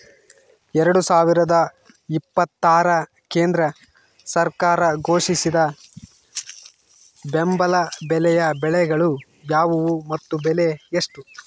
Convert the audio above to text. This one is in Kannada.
ಎರಡು ಸಾವಿರದ ಇಪ್ಪತ್ತರ ಕೇಂದ್ರ ಸರ್ಕಾರ ಘೋಷಿಸಿದ ಬೆಂಬಲ ಬೆಲೆಯ ಬೆಳೆಗಳು ಯಾವುವು ಮತ್ತು ಬೆಲೆ ಎಷ್ಟು?